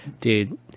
Dude